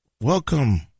welcome